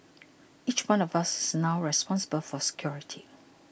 each one of us is now responsible for security